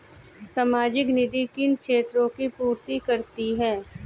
सामाजिक नीति किन क्षेत्रों की पूर्ति करती है?